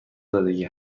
زدگی